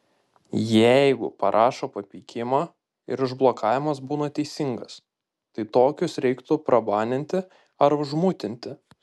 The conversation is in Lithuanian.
jeigu parašo papeikimą ir užblokavimas būna teisingas tai tokius reiktų prabaninti ar užmutinti